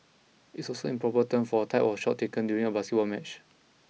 it is also the proper term for a type of shot taken during a basketball match